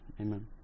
amen